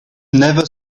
never